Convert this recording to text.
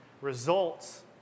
results